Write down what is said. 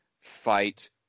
fight